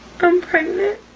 i'm pregnant.